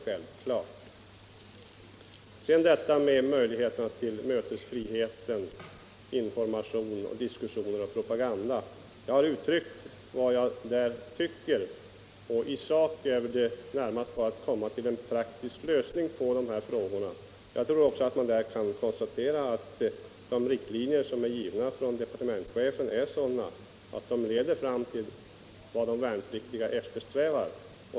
När det gäller möjligheterna till mötesfrihet, information, diskussioner och propaganda har jag uttryckt vad jag tycker. I sak är det närmast fråga om att komma till en praktisk lösning. Jag tror också att man kan konstatera att de riktlinjer som är givna av departementschefen leder fram till vad de värnpliktiga eftersträvar.